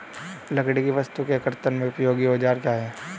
लकड़ी की वस्तु के कर्तन में उपयोगी औजार क्या हैं?